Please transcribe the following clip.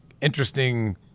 interesting